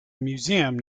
museum